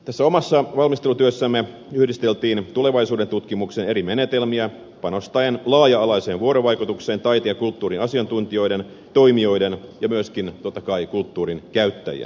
tässä omassa valmistelutyössämme yhdisteltiin tulevaisuudentutkimuksen eri menetelmiä panostaen laaja alaiseen vuorovaikutukseen taiteen ja kulttuurin asiantuntijoiden toimijoiden ja myöskin totta kai kulttuurin käyttäjien kanssa